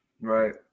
right